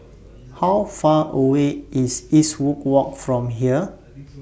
How Far away IS Eastwood Walk from here